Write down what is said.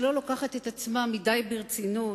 שלא לוקחת את עצמה מדי ברצינות,